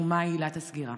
2. מה עילת הסגירה?